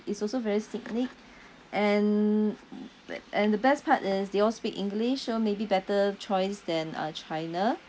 it's also very scenic and and the best part is they all speak english so maybe better choice than uh china